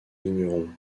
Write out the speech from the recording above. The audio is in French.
vignerons